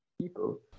people